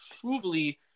truly